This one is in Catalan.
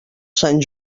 sant